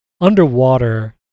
underwater